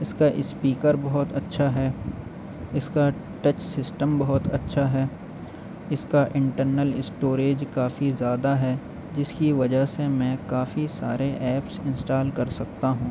اس کا اسپیکر بہت اچھا ہے اس کا ٹچ سسٹم بہت اچھا ہے اس کا انٹرنل اسٹوریج کافی زیادہ ہے جس کی وجہ سے میں کافی سارے ایپس انسٹال کر سکتا ہوں